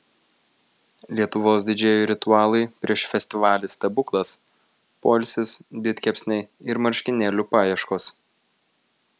lietuvos didžėjų ritualai prieš festivalį stebuklas poilsis didkepsniai ir marškinėlių paieškos